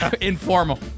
informal